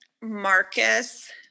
Marcus